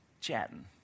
chatting